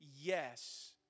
yes